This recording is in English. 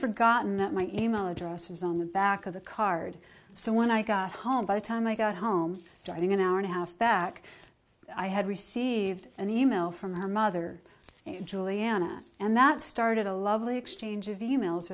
forgotten that my email address was on the back of the card so when i got home by the time i got home starting an hour and a half back i had received an email from a mother juliana and that started a lovely exchange of emails